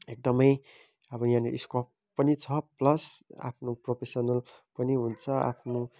एकदमै अब यहाँनिर स्कोप पनि छ प्लस आफ्नो प्रोफेसनल पनि हुन्छ आफ्नो